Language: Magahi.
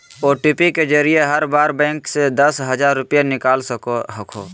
ओ.टी.पी के जरिए हर बार बैंक से दस हजार रुपए निकाल सको हखो